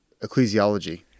ecclesiology